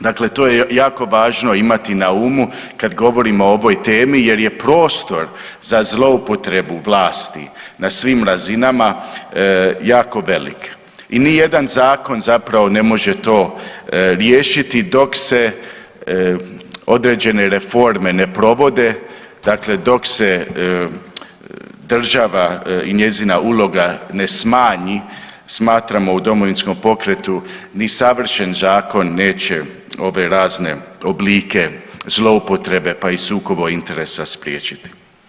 Dakle, to je jako važno imati na umu kad govorimo o ovoj temi jer je prostor za zloupotrebu vlasti na svim razinama jako velik i nijedan zakon zapravo ne može to riješiti dok se određene reforme ne provode, dakle dok se država i njezina uloga ne smanji smatramo u Domovinskom pokretu ni savršen zakon neće ove razne oblike zloupotrebe, pa i sukoba interesa spriječiti.